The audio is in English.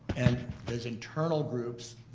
and those internal groups,